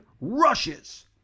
rushes